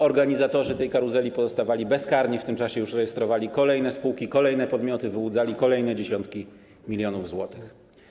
Organizatorzy tej karuzeli pozostawali bezkarni, w tym czasie już rejestrowali kolejne spółki, kolejne podmioty, wyłudzali kolejne dziesiątki milionów złotych.